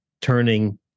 turning